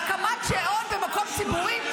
-- הקמת שאון במקום ציבורי,